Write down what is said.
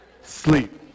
Sleep